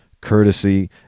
courtesy